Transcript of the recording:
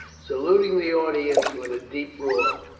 saluting the audience with a deep roar.